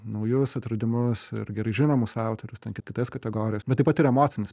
naujus atradimus ir gerai žinomus autorius ten kitas kategorijas bet taip pat ir emocinis